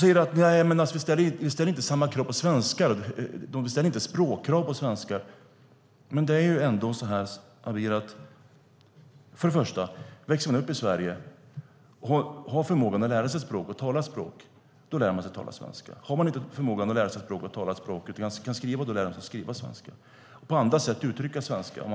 Du säger att vi inte ställer språkkrav på svenskar. Om man växer upp i Sverige och har förmåga att lära sig ett språk och tala det lär man sig att tala svenska. Om man inte har förmåga att lära sig ett språk och tala det, men kan skriva, så lär man sig skriva svenska och på andra sätt uttrycka sig på svenska.